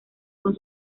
con